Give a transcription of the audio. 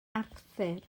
arthur